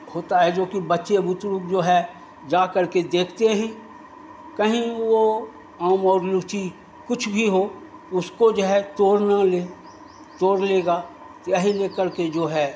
होता है जो कि बच्चे जो है जा करके देखते हैं कहीं वो आम और लुची कुछ भी हो उसको जो है तोड़ न ले तोड़ लेगा तो यही ले कर जो है